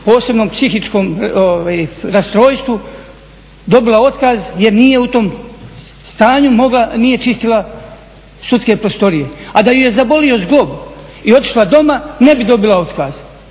posebnom psihičkom rastrojstvu dobila otkaz jer nije u tom stanju mogla, nije čistila sudske prostorije. A da ju je zabolio zlog i otišla doma, ne bi dobila otkaz.